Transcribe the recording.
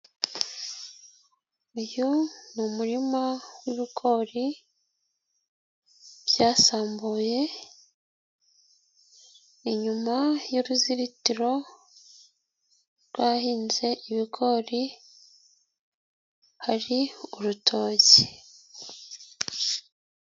Uyu ni umurima wbigori byasambuye, inyuma y'uruzitiro rw'ahahinze ibigori hari urutoki.